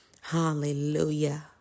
Hallelujah